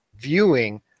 viewing